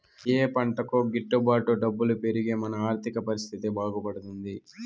ఏ పంటకు గిట్టు బాటు డబ్బులు పెరిగి మన ఆర్థిక పరిస్థితి బాగుపడుతుంది?